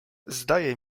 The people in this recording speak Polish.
zdaje